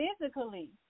physically